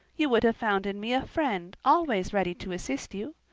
you would have found in me a friend always ready to assist you.